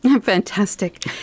Fantastic